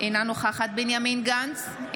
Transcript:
אינה נוכחת בנימין גנץ,